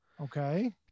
Okay